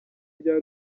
rya